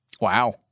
Wow